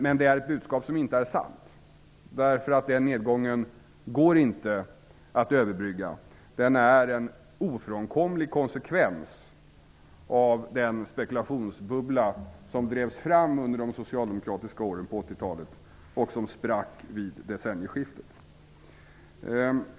Men det är ett budskap som inte är sant. Nedgången går inte att överbrygga; den är en ofrånkomlig konsekvens av den spekulationsbubbla som drevs fram under de socialdemokratiska åren på 1980-talet och som sprack vid decennieskiftet.